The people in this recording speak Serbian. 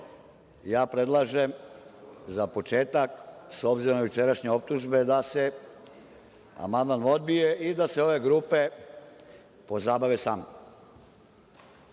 ja predlažem za početak, s obzirom na jučerašnje optužbe da se amandman odbije i da se ove grupe pozabave samnom